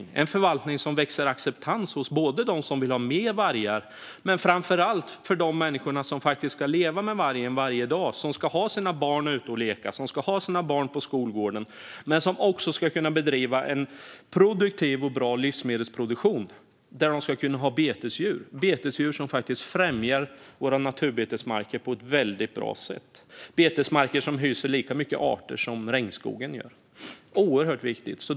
Vi behöver en vargförvaltning som väcker acceptans hos både dem som vill ha mer vargar och framför allt de människor som ska leva med vargen varje dag, som ska ha sina barn ute och leka, som ska ha sina barn på skolgården och som också ska kunna bedriva en produktiv och bra livsmedelsproduktion med betesdjur som främjar våra naturbetesmarker på ett väldigt bra sätt, betesmarker som hyser lika många arter som regnskogen gör. Det är oerhört viktigt.